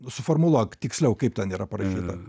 suformuluok tiksliau kaip ten yra parašyta